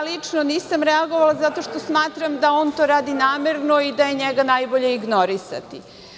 Lično nisam reagovala zato što smatram da on to radi namerno i da je njega najbolje ignorisati.